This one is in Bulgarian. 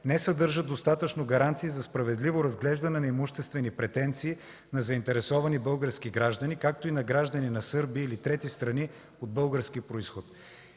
не съдържат достатъчно гаранции за справедливо разглеждане на имуществени претенции на заинтересовани български граждани, както и на граждани на Сърбия или трети страни от български произход.